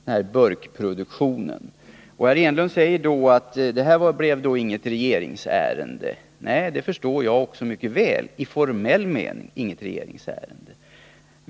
Eric Enlund säger att det då inte blev något regeringsärende. Nej, det förstår jag mycket väl att det inte blev i formell mening.